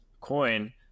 coin